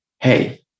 hey